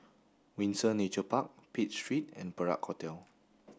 Windsor Nature Park Pitt Street and Perak Hotel